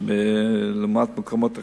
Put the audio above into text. לעומת מקומות אחרים.